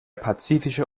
pazifische